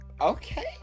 Okay